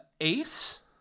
Ace